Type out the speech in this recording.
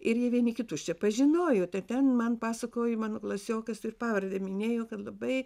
ir jie vieni kitus čia pažinojo tai ten man pasakojo mano klasiokas ir pavardę minėjo kad labai